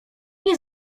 nie